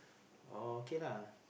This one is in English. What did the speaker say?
uh okay lah